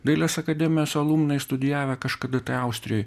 dailės akademijos alumnai studijavę kažkada tai austrijoj